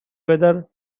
whether